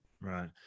right